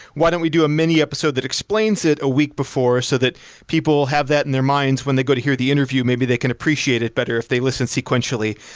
what don't we do a mini episode that explains it a week before so that people have that in their minds when they go to hear the interview? maybe they can appreciate it better if they listen sequentially.